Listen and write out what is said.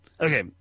Okay